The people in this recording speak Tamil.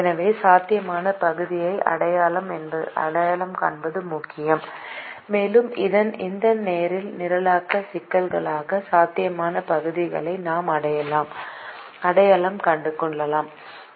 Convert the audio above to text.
எனவே சாத்தியமான பகுதியை அடையாளம் காண்பது முக்கியம் மேலும் இந்த நேரியல் நிரலாக்க சிக்கலுக்கான சாத்தியமான பகுதியை நாம் அடையாளம் கண்டுள்ளோம்